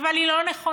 אבל היא לא נכונה.